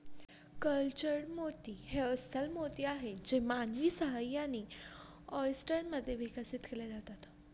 cultured मोती हे अस्स्ल मोती आहेत जे मानवी सहाय्याने, ऑयस्टर मध्ये विकसित केले जातात